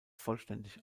vollständig